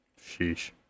Sheesh